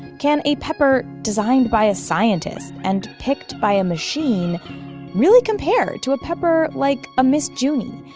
can a pepper designed by a scientist and picked by a machine really compare to a pepper like a ms. junie,